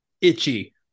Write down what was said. Itchy